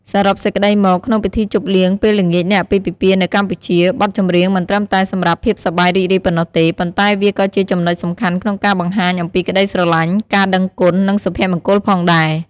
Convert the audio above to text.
សរុបសេចក្តីមក ក្នុងពិធីជប់លៀងពេលល្ងាចនៃអាពាហ៍ពិពាហ៍នៅកម្ពុជា បទចម្រៀងមិនត្រឹមតែសម្រាប់ភាពសប្បាយរីករាយប៉ុណ្ណោះទេ ប៉ុន្តែវាក៏ជាចំណុចសំខាន់ក្នុងការបង្ហាញអំពីក្តីស្រឡាញ់ ការដឹងគុណ និងសុភមង្គលផងដែរ។